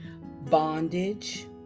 bondage